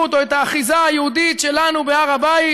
או את האחיזה היהודית שלנו בהר הבית